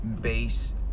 base